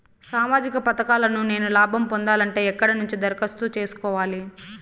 సామాజిక పథకాలను నేను లాభం పొందాలంటే ఎక్కడ నుంచి దరఖాస్తు సేసుకోవాలి?